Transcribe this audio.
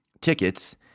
tickets